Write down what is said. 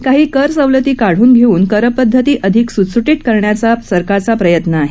काही करसवलती काढून घेऊन करपद्धती अधिक सुटसुटीत करण्याचा सरकारचा प्रयत्न आहे